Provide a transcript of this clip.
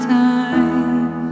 time